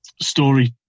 Story